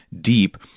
deep